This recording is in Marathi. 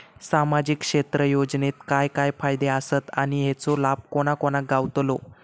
सामजिक क्षेत्र योजनेत काय काय फायदे आसत आणि हेचो लाभ कोणा कोणाक गावतलो?